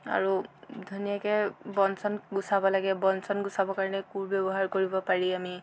আৰু ধুনীয়াকৈ বন চন গুচাব লাগে বন চন গুচাবৰ কাৰণে কোৰ ব্যৱহাৰ কৰিব পাৰি আমি